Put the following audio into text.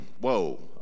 whoa